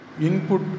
input